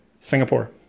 Singapore